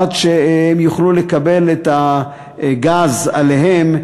עד שהם יוכלו לקבל את הגז אליהם,